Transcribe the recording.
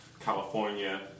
California